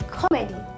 comedy